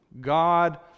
God